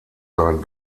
sein